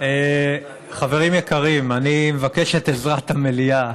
חברים יקרים, אני מבקש את עזרת המליאה.